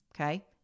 Okay